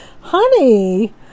honey